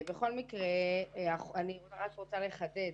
אני רוצה לחדד: